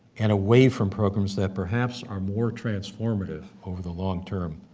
and away from programs that perhaps are more transformative over the long term,